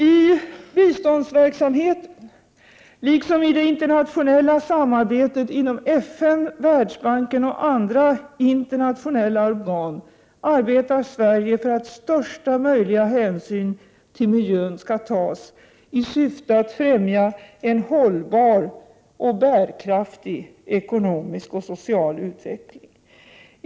I biståndsverksamheten liksom i det internationella samarbetet inom FN, Världsbanken och andra internationella organ arbetar Sverige för att största möjliga hänsyn till miljön skall tas i syfte att främja en hållbar och bärkraftig ekonomisk och social utveckling.